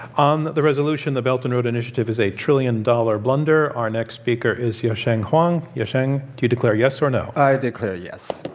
on the resolution, the belt-and-road initiative is a trillion-dollar blunder, our next speaker is yasheng huang. yasheng, do you declare yes or no? i declare yes.